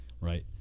right